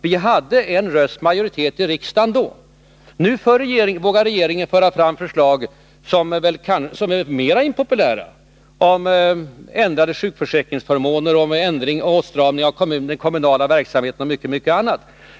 Vi hade en rösts majoritet i riksdagen. Nu vågar regeringen föra fram förslag som är mer impopulära — om ändrade sjukförsäkringsförmåner, om åtstramning av den kommunala verksamheten och mycket annat.